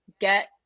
get